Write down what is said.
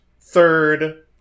third